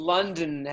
London